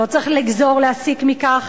לא צריך להסיק מכך